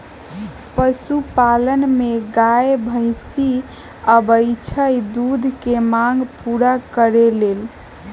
पशुपालन में गाय भइसी आबइ छइ दूध के मांग पुरा करे लेल